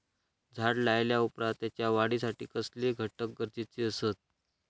झाड लायल्या ओप्रात त्याच्या वाढीसाठी कसले घटक गरजेचे असत?